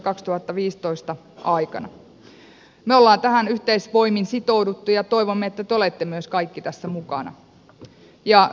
me olemme tähän yhteisvoimin sitoutuneet ja toivomme että te olette myös kaikki tässä mukana